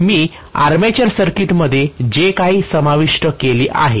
आहे मी आर्मेचर सर्किटमध्ये जे काही समाविष्ट केले आहे